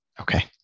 Okay